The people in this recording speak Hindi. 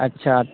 अच्छा